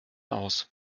aus